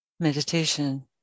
Meditation